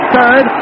third